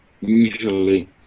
usually